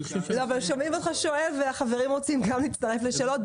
אבל שומעים אותך שואל והחברים רוצים גם להצטרף לשאלות.